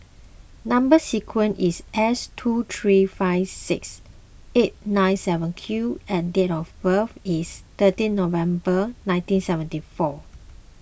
Number Sequence is S two three five six eight nine seven Q and date of birth is thirteen November nineteen seventy four